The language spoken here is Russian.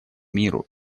миру